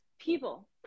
people